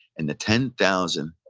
and the ten thousand